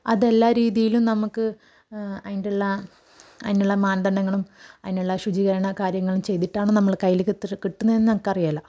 അതെല്ലാ രീതിയിലും നമുക്ക് അതിന്റുള്ള അതിനുള്ള മാനദണ്ഡങ്ങളും അതിനുള്ള ശുചീകരണ കാര്യങ്ങളും ചെയ്തിട്ടാണ് നമ്മളുടെ കയ്യിലേക്ക് കിട്ടുന്നതെന്നു നമുക്കറിയില്ല